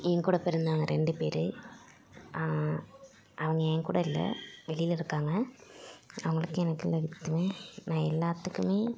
என் கூட பிறந்தவங்க ரெண்டு பேர் அவங்க என் கூட இல்லை வெளியில் இருக்காங்க அவங்களுக்கும் எனக்குள்ளே ஒற்றும நான் எல்லாத்துக்குமே